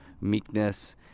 meekness